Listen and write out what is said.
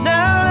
Now